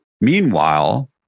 Meanwhile